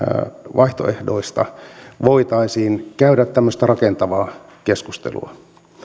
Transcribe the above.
vaihtoehdoista voitaisiin käydä tämmöistä rakentavaa keskustelua